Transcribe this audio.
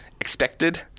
expected